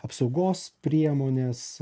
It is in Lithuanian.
apsaugos priemonės